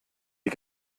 die